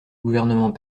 gouvernement